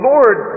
Lord